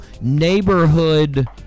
neighborhood